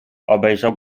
obejrzał